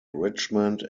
richmond